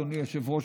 אדוני היושב-ראש,